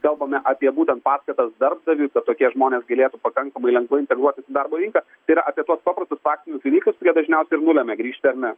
kalbame apie būtent paskatas darbdaviui kad tokie žmonės galėtų pakankamai lengvai integruotis į darbo rinką tai yra apie tuos paprastus praktinius dalykus kurie dažniausiai ir nulemia grįžti ar ne